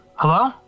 Hello